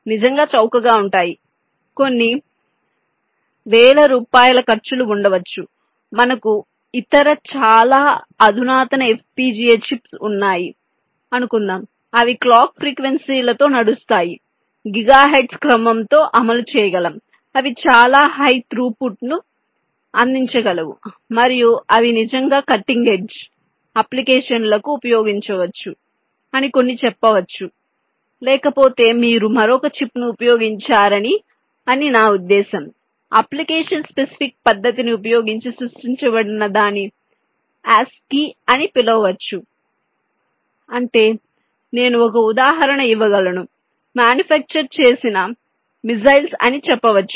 నిజంగా చౌకగా ఉంటాయి కొన్ని వేల రూపాయల ఖర్చులు ఉండవచ్చు మనకు ఇతర చాలా అధునాతన FPGA చిప్స్ ఉన్నాయి అనుకుందాం అవి క్లాక్ ఫ్రీక్వెన్సీ లతో నడుస్తాయి గిగా హెర్ట్జ్ క్రమం తో అమలు చేయగలం అవి చాలా హై తౄపుట్ ను అందించగలవు మరియు అవి నిజంగా కట్టింగ్ ఎడ్జ్cutting ఎడ్జ్ అప్లికేషన్ లకు ఉపయోగించవచ్చు అని కొన్ని చెప్పవచ్చు లేకపోతే మీరు మరొక చిప్ను ఉపయోగించారని అని నా ఉద్దేశ్యం అప్లికేషన్ స్పెసిఫిక్ పద్ధతిని ఉపయోగించి సృష్టించబడిన దాన్ని ASIC అని పిలవొచ్చు అంటే నేను ఒక ఉదాహరణ ఇవ్వగలను మ్యానుఫ్యాక్చర్ చేసిన మిస్సైల్స్ అని చెప్పవచ్చు